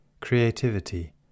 creativity